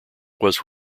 was